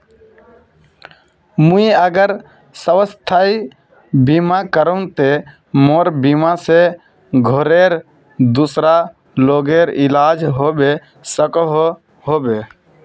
मुई अगर स्वास्थ्य बीमा करूम ते मोर बीमा से घोरेर दूसरा लोगेर इलाज होबे सकोहो होबे?